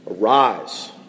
Arise